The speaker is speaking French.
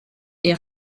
est